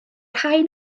rhain